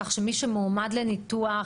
כך שמי שמועמד לניתוח